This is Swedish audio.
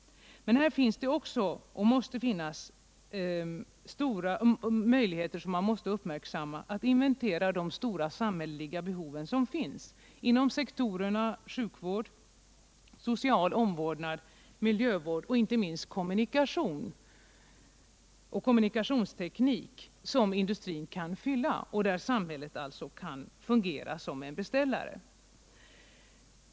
Men här finns det också, och måste finnas, stora möjligheter, som det är nödvändigt att uppmärksamma ,att inventera de stora samhälleliga behov som finns inom sektorerna sjukvård, social omvårdnad, miljövård och inte minst kommunikation och kommunikationsteknik, vilka industrin kan fylla och beträffande vilka samhället kan fungera som beställare.